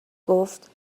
گفت